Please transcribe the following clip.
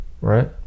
Right